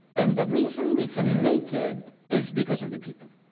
and the reason we can make it is because of the people.